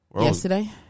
yesterday